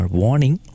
warning